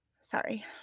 Sorry